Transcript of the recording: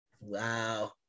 Wow